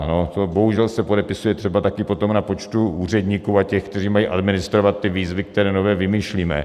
No to bohužel se podepisuje třeba taky potom na počtu úředníků a těch, kteří mají administrovat ty výzvy, které nové vymýšlíme.